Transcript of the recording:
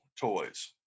toys